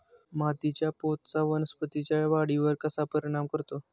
मातीच्या पोतचा वनस्पतींच्या वाढीवर कसा परिणाम करतो?